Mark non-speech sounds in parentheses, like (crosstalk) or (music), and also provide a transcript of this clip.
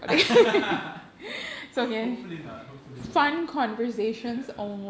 (laughs) hopefully not hopefully not ya